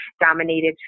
dominated